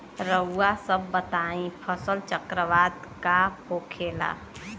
रउआ सभ बताई फसल चक्रवात का होखेला?